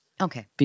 Okay